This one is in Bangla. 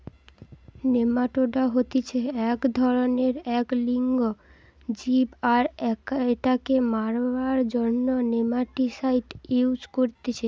নেমাটোডা হতিছে এক ধরণেরএক লিঙ্গ জীব আর এটাকে মারার জন্য নেমাটিসাইড ইউস করতিছে